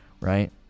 right